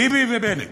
ביבי ובנט.